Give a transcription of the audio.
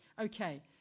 Okay